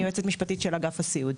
אני יועצת משפטית של אגף הסיעוד.